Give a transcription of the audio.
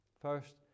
First